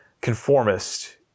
conformist